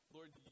Lord